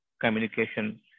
communication